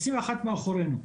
2021 מאחורינו,